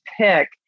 pick